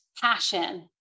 passion